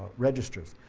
registers,